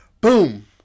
boom